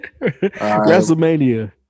WrestleMania